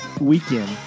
weekend